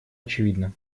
очевидна